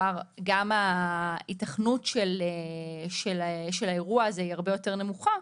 גם ההיתכנות של האירוע הזה הרבה יותר נמוכה,